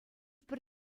пӗр